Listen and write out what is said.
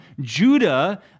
Judah